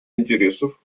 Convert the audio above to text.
интересов